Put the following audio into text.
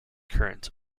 current